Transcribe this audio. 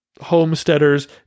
homesteaders